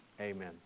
Amen